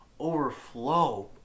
overflow